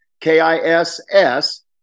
K-I-S-S